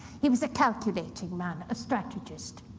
he was a calculating man, a strategist.